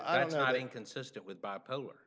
i'm not inconsistent with bipolar